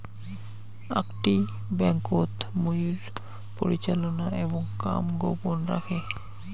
আকটি ব্যাংকোত মুইর পরিচালনা এবং কাম গোপন রাখে